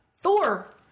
Thor